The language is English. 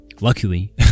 luckily